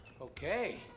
okay